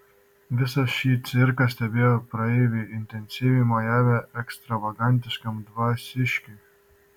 visa šį cirką stebėjo praeiviai intensyviai mojavę ekstravagantiškam dvasiškiui